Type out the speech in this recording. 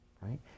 right